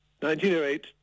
1908